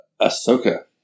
Ahsoka